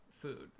food